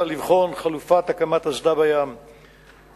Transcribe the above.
לבחון את חלופת הקמת אסדה בים לטיפול